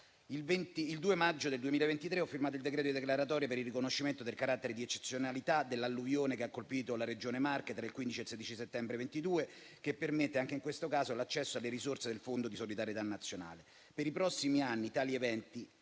Il 2 maggio 2023 ho firmato il decreto di declaratoria del riconoscimento del carattere di eccezionalità dell'alluvione che ha colpito la Regione Marche tra il 15 e il 16 settembre 2022, che permette, anche in questo caso, l'accesso alle risorse del Fondo di solidarietà nazionale. Per i prossimi anni tali eventi,